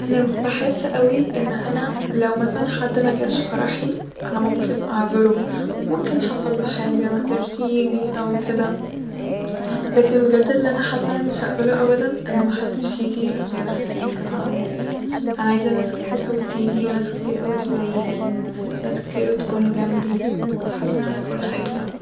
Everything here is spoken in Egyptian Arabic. أنا بحس أوي إن أنا لو مثلا حد مجاش فرحي أنا ممكن أعذره ممكن حصله حاجة مقدرش يجي أو كده ، لكن بجد اللي أنا حاسه إن أنا مش هقبله أبدا إن محدش يجي جنازتي لما أموت ، انا عايزه ناس كتير اوي تيجي وناس كتير اوي تدعيلي وناس كتير تكون جنبي حاسه ان انا هكون خايفه